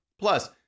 Plus